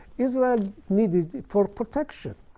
israel needed it for protection.